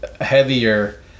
heavier